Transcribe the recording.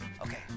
okay